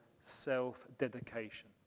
self-dedication